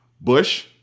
Bush